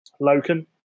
Loken